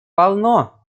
полно